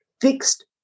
fixed